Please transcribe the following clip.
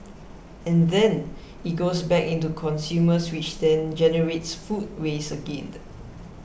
and then it goes back into consumers which then generates food waste again